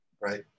right